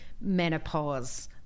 menopause